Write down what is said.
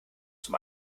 zum